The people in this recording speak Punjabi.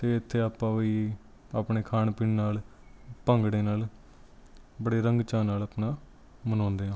ਅਤੇ ਇੱਥੇ ਆਪਾਂ ਵੀ ਆਪਣੇ ਖਾਣ ਪੀਣ ਨਾਲ ਭੰਗੜੇ ਨਾਲ ਬੜੇ ਰੰਗ ਚਾਅ ਨਾਲ ਆਪਣਾ ਮਨਾਉਂਦੇ ਹਾਂ